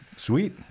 Sweet